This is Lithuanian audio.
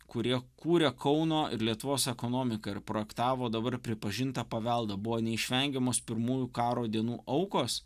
kurie kūrė kauno ir lietuvos ekonomiką ir projektavo dabar pripažintą paveldą buvo neišvengiamos pirmųjų karo dienų aukos